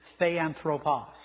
Theanthropos